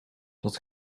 dat